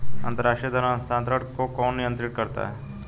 अंतर्राष्ट्रीय धन हस्तांतरण को कौन नियंत्रित करता है?